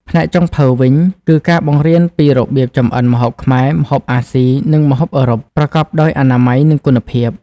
ផ្នែកចុងភៅវិញ គឺការបង្រៀនពីរបៀបចម្អិនម្ហូបខ្មែរ ម្ហូបអាស៊ី និងម្ហូបអឺរ៉ុប ប្រកបដោយអនាម័យ និងគុណភាព។